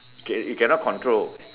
okay you can not control